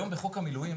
היום בחוק המילואים